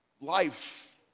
life